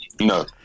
No